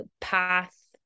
path